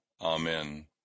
Amen